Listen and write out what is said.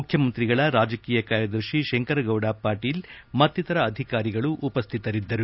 ಮುಖ್ಯಮಂತ್ರಿಗಳ ರಾಜಕೀಯ ಕಾರ್ಯದರ್ಶಿ ಶಂಕರ್ ಗೌಡ ಪಾಟೀಲ್ ಮತ್ತಿತರ ಅಧಿಕಾರಿಗಳು ಉಪಸ್ಥಿತರಿದ್ದರು